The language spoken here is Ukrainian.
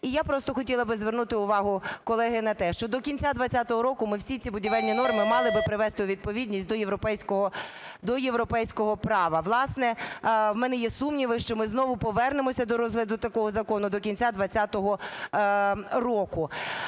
І я просто хотіла би звернути увагу, колеги, на те, що до кінця 2020 року ми всі ці будівельні норми мали би привести у відповідність до європейського права. Власне, в мене є сумніви, що ми знову повернемося до розгляду такого закону до кінця 2020 року.